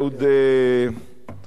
אהוד, אה, אולמרט.